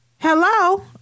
Hello